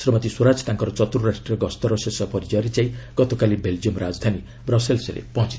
ଶ୍ରୀମତୀ ସ୍ୱରାଜ ତାଙ୍କ ଚତ୍ରର୍ରଷ୍ଟ୍ରୀୟ ଗସ୍ତର ଶେଷ ପର୍ଯ୍ୟାୟରେ ଯାଇ ଗତକାଲି ବେଲ୍ଜିୟମ୍ ରାଜଧାନୀ ବ୍ରସେଲ୍ସରେ ପହଞ୍ଚଥିଲେ